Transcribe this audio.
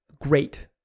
Great